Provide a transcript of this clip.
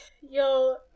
yo